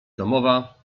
domowa